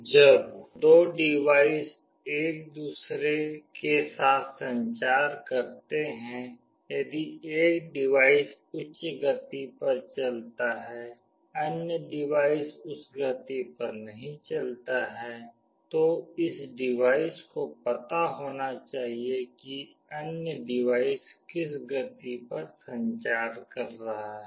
जब 2 डिवाइस एक दूसरे के साथ संचार करते हैं यदि एक डिवाइस उच्च गति पर चलता है अन्य डिवाइस उस गति पर नहीं चलता है इस डिवाइस को यह पता होना चाहिए कि अन्य डिवाइस किस गति पर संचार कर रहा है